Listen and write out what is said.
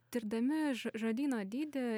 tirdami ž žodyno dydį